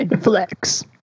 flex